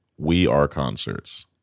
#WeAreConcerts